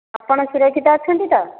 ଆପଣ ସୁରକ୍ଷିତ ଅଛନ୍ତି ତ